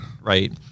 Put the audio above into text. Right